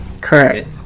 Correct